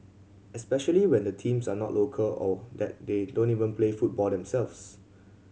especially when the teams are not local or that they don't even play football themselves